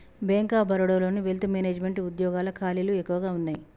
bank of బరోడాలోని wealth management వుద్యోగాల ఖాళీలు ఎక్కువగా వున్నయ్యి